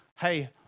hey